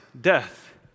death